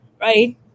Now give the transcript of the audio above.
Right